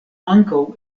ankaŭ